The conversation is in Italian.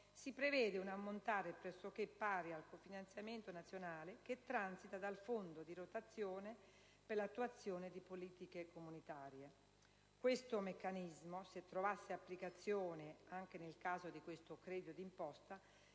si prevede un ammontare pressoché pari di cofinanziamento nazionale, che transita dal fondo di rotazione per l'attuazione di politiche comunitarie. Questo meccanismo, se trovasse applicazione anche nel caso di tale credito d'imposta,